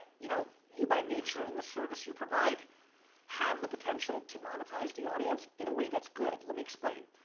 you know you, by nature, in this service you provide have the potential to monetize the audience in a way that's good. let me explain.